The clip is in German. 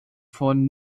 von